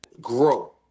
grow